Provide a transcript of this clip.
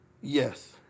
Yes